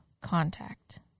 contact